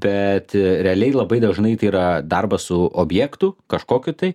bet realiai labai dažnai tai yra darbas su objektu kažkokiu tai